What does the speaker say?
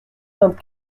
vingt